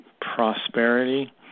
prosperity